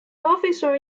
officer